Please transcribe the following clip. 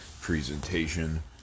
presentation